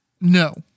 No